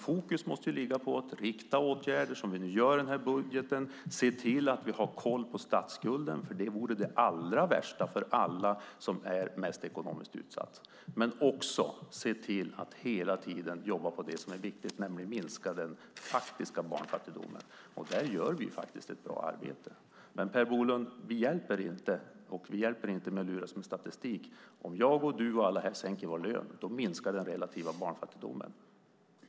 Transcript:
Fokus måste ligga på att rikta åtgärder, som vi gör i den här budgeten, att se till så att vi har koll på statsskulden - annars kan resultatet bli det allra värsta för dem som är ekonomiskt mest utsatta - och att hela tiden se till att jobba med att minska den faktiska barnfattigdomen. Där gör vi faktiskt ett bra arbete. Per Bolund, det hjälper inte att luras med statistik. Om jag och du och alla här inne sänker vår lön minskar den relativa barnfattigdomen.